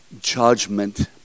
judgment